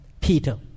Peter